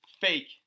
Fake